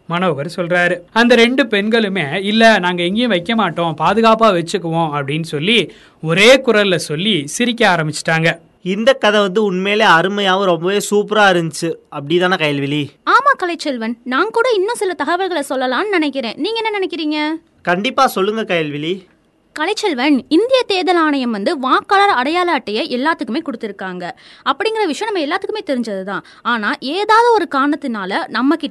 மனோகர் சொல்றாரு. அந்த ரெண்டு பெண்களுமே, "இல்ல, நாங்க எங்கேயும் வைக்க மாட்டோம், பாதுகாப்பா வச்சுக்குவோம்," அப்படின்னு சொல்லி, ஒரே குரல்ல சொல்லி, சிரிக்க ஆரம்பிச்சுட்டாங்க. இந்த கதை வந்து உண்மையிலே அருமையாகவும் ரொம்பவே சூப்பரா இருந்துச்சு. அப்படிதானே, கயல்விழி? ஆமா, கலைச்செல்வன். நான் கூட இன்னும் சில தகவல்களை சொல்லலாம்னு நினைக்கிறேன். நீங்க என்ன நினைக்கிறீங்க? கண்டிப்பா சொல்லுங்க, கயல்விழி. கலைச்செல்வன், இந்திய தேர்தல் ஆணையம் வந்து வாக்காளர் அடையாள அட்டையை எல்லாத்துக்குமே கொடுத்திருக்காங்க. அப்படிங்கிற விஷயம் நம்ம எல்லாத்துக்குமே தெரிஞ்சதுதான். ஆனா, ஏதாவது ஒரு காரணத்தினால நம்ம